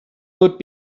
would